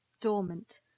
dormant